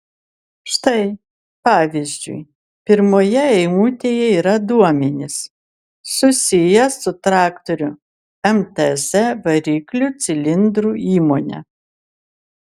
štai pavyzdžiui pirmoje eilutėje yra duomenys susiję su traktorių mtz variklių cilindrų įmone